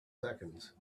seconds